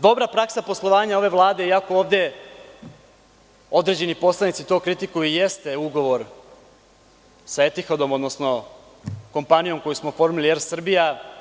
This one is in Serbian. Dobra praksa poslovanja ove Vlade, iako ovde određeni poslanici to kritikuju, jeste ugovor sa „Etihadom“, odnosno kompanijom koju smo oformili „Er Srbija“